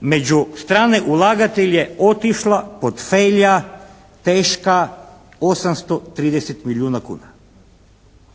među strane ulagatelje otišla …/Govornik se ne razumije./… teška 830 milijuna kuna.